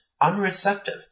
unreceptive